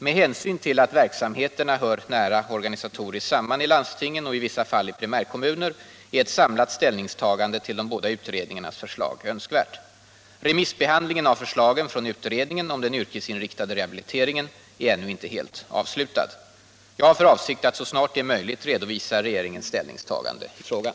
Med hänsyn till att verksamheterna hör nära organisatoriskt samman i landstingen och i vissa fall i primärkommuner är ett samlat ställningstagande till de båda utredningarnas förslag önskvärt. Remissbehandlingen av förslagen från utredningen om den yrkesinriktade rehabiliteringen är ännu inte helt avslutad. Jag har för avsikt att så snart det är möjligt redovisa regeringens ställningstagande i frågan.